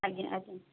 ଆଜ୍ଞା ଆଜ୍ଞା